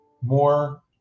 more